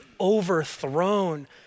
overthrown